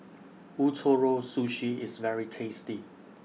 Ootoro Sushi IS very tasty